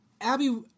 Abby